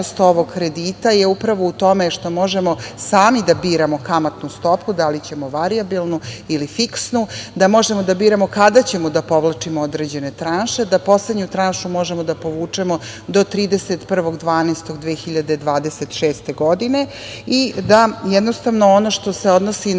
ovog kredita je upravo u tome što možemo sami da biramo kamatnu stopu, da li ćemo varijabilnu ili fiksnu, da možemo da biramo kada ćemo da povlačimo određene tranše, da poslednju tranšu možemo da povučemo do 31. decembra 2026. godine i da jednostavno ono što se odnosi